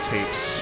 Tapes